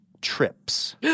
trips